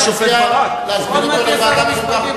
אני מציע להזמין אותו לוועדת החוקה,